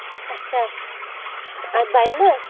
اچھا اَتھ بَنہِ نا